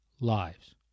lives